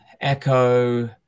Echo